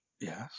Yes